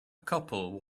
couple